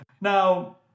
Now